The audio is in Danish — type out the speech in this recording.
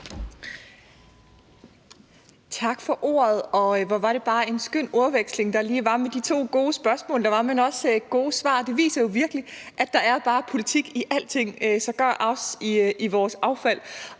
Tak for ordet. Hvor var det bare en skøn ordveksling, der lige var med de to gode spørgsmål, men også med de gode svar. Det viser jo virkelig, at der bare er politik i alting – sågar også i vores affald